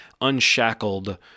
unshackled